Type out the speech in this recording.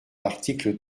l’article